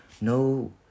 no